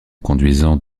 conduisant